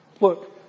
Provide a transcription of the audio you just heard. Look